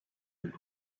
been